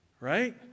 right